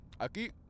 Aquí